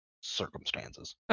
circumstances